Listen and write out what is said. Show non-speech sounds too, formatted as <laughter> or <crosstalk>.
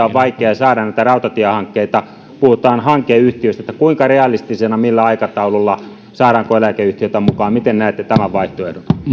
<unintelligible> on vaikea saada näitä rautatiehankkeita puhutaan hankeyhtiöistä kuinka realistisia ne ovat millä aikataululla saadaanko eläkeyhtiöitä mukaan miten näette tämän vaihtoehdon